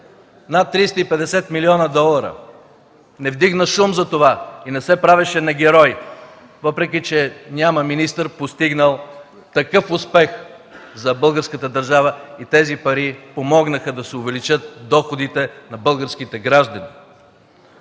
над 350 млн. долара. Не вдигна шум за това и не се правеше на герой, въпреки че няма министър, постигнал такъв успех за българската държава и тези пари помогнаха да се увеличат доходите на българските граждани.